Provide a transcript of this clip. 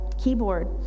keyboard